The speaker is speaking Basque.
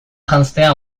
janztea